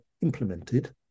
implemented